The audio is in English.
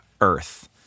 earth